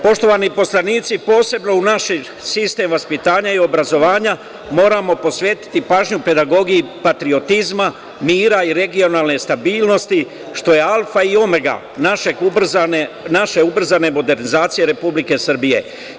Poštovani poslanici, posebno u naš sistem vaspitanja i obrazovanja moramo posvetiti pažnju pedagogiji patriotizma, mira i regionalne stabilnosti, što su alfa i omega naše ubrzane modernizacije Republike Srbije.